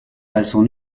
passons